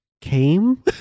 came